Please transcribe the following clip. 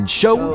show